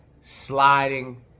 sliding